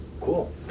Cool